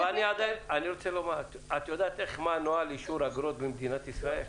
את יודעת מה נוהל אישור אגרות במדינת ישראל?